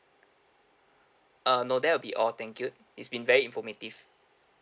uh no that will be all thank you it's been very informative